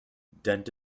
dent